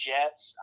Jets